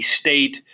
state